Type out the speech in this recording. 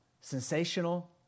sensational